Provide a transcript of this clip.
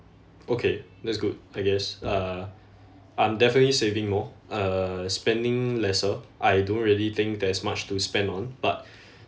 okay that's good I guess uh I'm definitely saving more uh spending lesser I don't really think there's much to spend on but